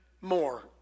more